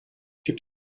gibt